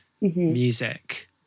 music